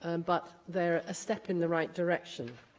um but they're a step in the right direction.